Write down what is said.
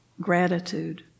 gratitude